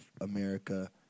America